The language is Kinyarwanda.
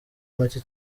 macye